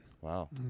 Wow